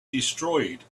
destroyed